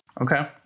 Okay